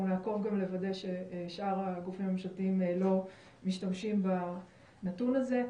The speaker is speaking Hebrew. נעקוב לוודא ששאר הגופים הממשלתיים לא משתמשים בנתון הזה.